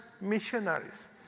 missionaries